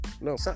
no